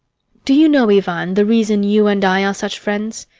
do you know, ivan, the reason you and i are such friends?